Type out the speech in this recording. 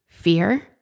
fear